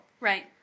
right